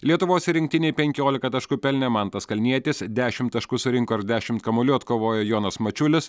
lietuvos rinktinei penkiolika taškų pelnė mantas kalnietis dešimt taškų surinko ir dešimt kamuolių atkovojo jonas mačiulis